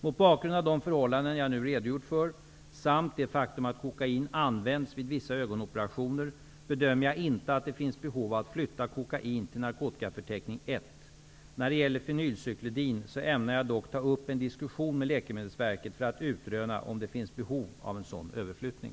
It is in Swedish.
Mot bakgrund av de förhållanden jag nu redogjort för, samt det faktum att kokain används vid vissa ögonoperationer, bedömer jag inte att det finns behov av att flytta kokain till narkotikaförteckning I. När det gäller fenylcyklidin ämnar jag dock ta upp en diskussion med Läkemedelsverket för att utröna om det finns behov av en sådan överflyttning.